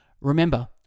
Remember